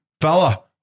Fella